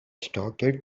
started